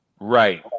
Right